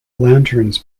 lanterns